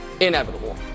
inevitable